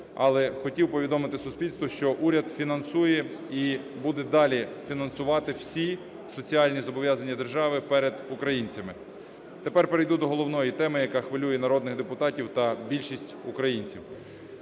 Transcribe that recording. але хотів повідомити суспільству, що уряд фінансує і буде далі фінансувати всі соціальні зобов'язання держави перед українцями. Тепер перейду до головної теми, яка хвилює народних депутатів та більшість українців: